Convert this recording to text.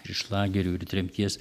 iš lagerių ir tremties